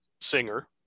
singer